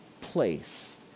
place